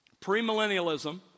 premillennialism